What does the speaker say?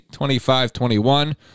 25-21